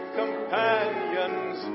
companions